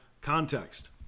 context